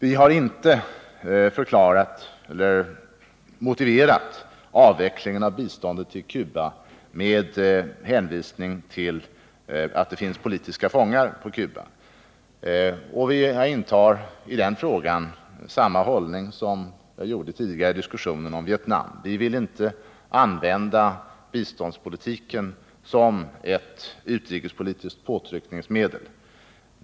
Vi har inte motiverat avvecklingen av biståndet till Cuba med att det finns politiska fångar där. Vi intar i den frågan samma hållning som jag gjorde tidigare i diskussionen om Vietnam -— vi vill inte använda biståndspolitiken som ett utrikespolitiskt påtryckningsmedel.